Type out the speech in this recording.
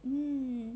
mm